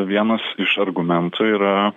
vienas iš argumentų yra